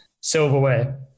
silverware